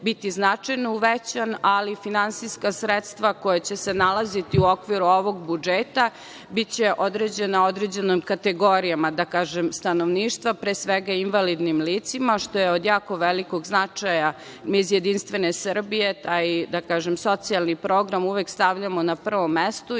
biti značajno uvećan, ali finansijska sredstva koja će se nalaziti u okviru ovog budžeta biće određena određenim kategorijama, da kažem, stanovništva, pre svega invalidnim licima, što je od jako velikog značaja. Mi iz JS taj, da kažem, socijalni program uvek stavljamo na prvo mesto